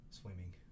Swimming